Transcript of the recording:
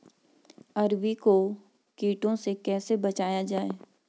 अरबी को कीटों से कैसे बचाया जाए?